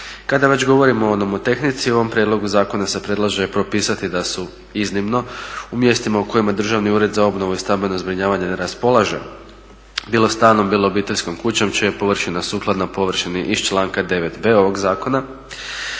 Kada već govorimo o nomotehnici u ovom prijedlogu zakona se predlaže propisati da su iznimno u mjestima u kojima Državni ured za obnovu i stambeno zbrinjavanje raspolaže bilo stanom, bilo obiteljskom kućom čija je površina sukladna površini iz članka 9.b ovoga Zakona